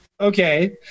okay